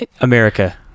America